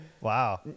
Wow